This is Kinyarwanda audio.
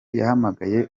yahamagaye